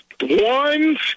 One